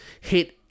hit